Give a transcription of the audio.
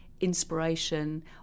inspiration